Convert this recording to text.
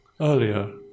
earlier